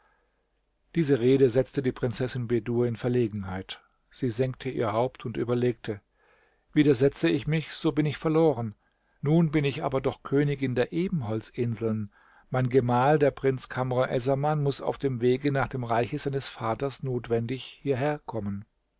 diese rede setzte die prinzessin bedur in verlegenheit sie senkte ihr haupt und überlegte widersetze ich mich so bin ich verloren nun bin ich aber doch königin der ebenholzinseln mein gemahl der prinz kamr essaman muß auf dem wege nach dem reiche seines vaters notwendig